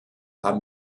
haben